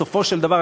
בסופו של דבר,